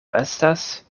estas